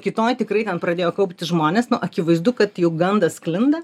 kitoj tikrai ten pradėjo kauptis žmonės nu akivaizdu kad jau gandas sklinda